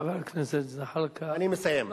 חבר הכנסת זחאלקה, אני מסיים.